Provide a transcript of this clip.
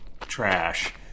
trash